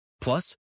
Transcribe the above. Plus